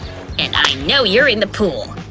and i know you're in the pool!